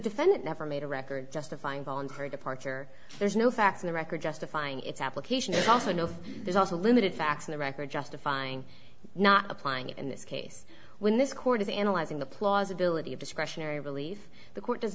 defendant never made a record justifying voluntary departure there's no facts in the record justifying its application and also no there's also limited facts in the record justifying not applying it in this case when this court is analyzing the plausibility of discretionary relief the court does